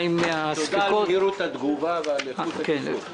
תודה על מהירות התגובה ועל איכות הטיפול.